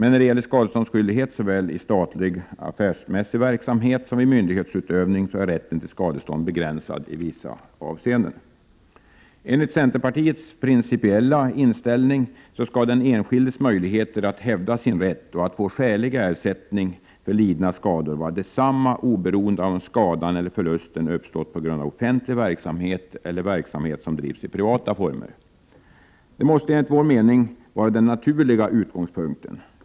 När det gäller skadeståndsskyldighet i statlig affärsmässig verksamhet och vid myndighetsutövning är rätten till skadestånd emellertid begränsad i vissa avseenden. 87 Enligt centerpartiets principiella inställning skall den enskildes möjlighe 23 november 1988 ter att hävda sin rätt och få skälig ersättning för lidna skador vara densamma oberoende av om skadan eller förlusten uppstått på grund av offentlig verksamhet eller av verksamhet som drivs i privata former. Det måste enligt vår mening vara den naturliga utgångspunkten.